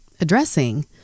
addressing